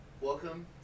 Welcome